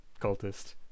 cultist